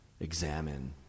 examine